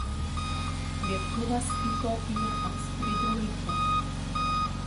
lėktuvas į tokiją atskrido laiku